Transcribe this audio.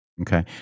Okay